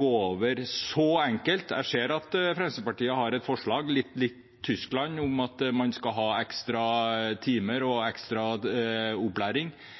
så man kan ikke så enkelt tillate dette. Jeg ser at Fremskrittspartiet har et forslag litt likt Tyskland, om at man skal ha ekstra timer og ekstra opplæring,